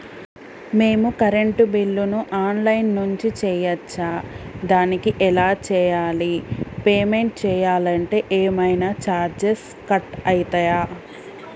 మేము కరెంటు బిల్లును online నుంచి చేయచ్చా? దానికి ఎలా చేయాలి? పేమెంట్ చేయాలంటే ఏమైనా చార్జెస్ కట్ అయితయా?